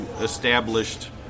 established